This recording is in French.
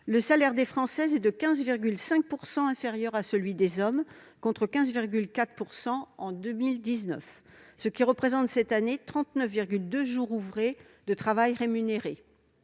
le salaire des Françaises est de 15,5 % inférieur à celui des hommes, contre 15,4 % en 2019. Cela représente, cette année, 39,2 jours ouvrés de travail rémunéré.